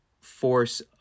force